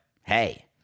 hey